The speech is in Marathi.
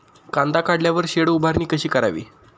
कांदा काढल्यावर शेड उभारणी कशी करावी?